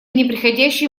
непреходящей